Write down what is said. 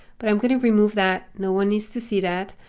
but i'm going to remove that, no one needs to see that.